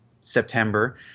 September